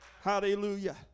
Hallelujah